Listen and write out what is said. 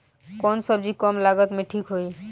कौन सबजी कम लागत मे ठिक होई?